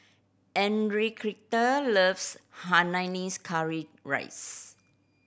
Enriqueta loves Hainanese curry rice